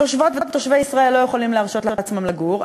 תושבות ותושבי ישראל לא יכולים להרשות לעצמם לגור,